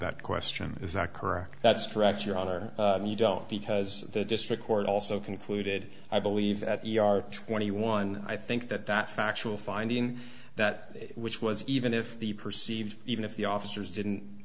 that question is not correct that's correct your honor you don't because the district court also concluded i believe that you are twenty one i think that that factual finding that which was even if the perceived even if the officers